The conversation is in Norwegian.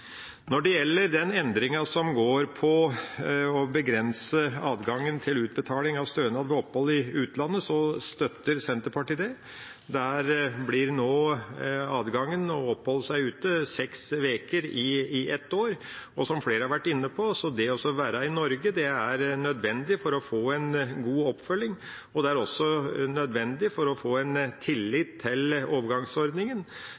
Når det gjelder den endringa som går på å begrense adgangen til utbetaling av stønad ved opphold i utlandet, støtter Senterpartiet det. Der blir nå adgangen til å oppholde seg ute seks uker i løpet av ett år. Som flere har vært inne på, er det å være i Norge nødvendig for å få en god oppfølging. Det er også nødvendig for å få en tillit til